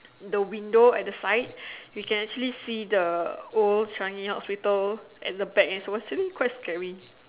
the window at the side you can actually see the old Changi hospital at the back leh it's actually quite scary